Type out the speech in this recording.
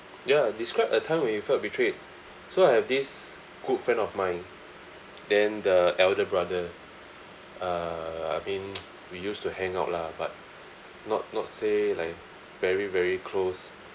ya describe a time when you felt betrayed so I have this good friend of mine then the elder brother uh I mean we used to hang out lah but not not say like very very close